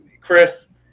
Chris